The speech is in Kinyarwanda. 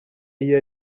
iyo